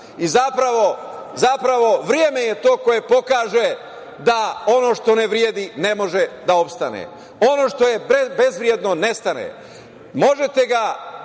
Zapravo, vreme je to koje pokaže da ono što ne vredi ne može da opstane. Ono što je bezvredno nestane. Možete ga